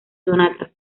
sonatas